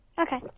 Okay